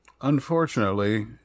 unfortunately